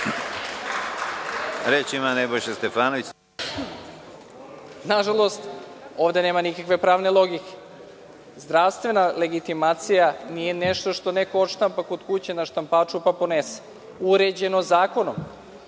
**Nebojša Stefanović** Nažalost, ovde nema nikakve pravne logike. Zdravstvena legitimacija nije nešto što neko odštampa kod kuće na štampaču pa ponese. Uređeno zakonom,